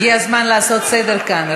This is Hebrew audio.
הגיע הזמן לעשות סדר כאן.